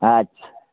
अच्छा